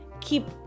keep